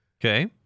okay